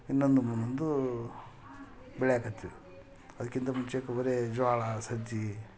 ಇನ್ನೊಂದು ಮುಂದೊಂದು ಬೆಳೆಯಾಕತ್ತೀವಿ ಅದಕ್ಕಿಂತ ಮುಂಚೆ ತೊಗರಿ ಜೋಳ ಸಜ್ಜಿಗೆ